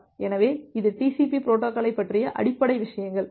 எனவே இது TCP பொரோட்டோகாலைப் பற்றிய அடிப்படை விஷயங்கள்